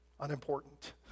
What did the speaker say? Unimportant